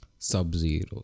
Sub-zero